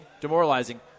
Demoralizing